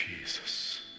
Jesus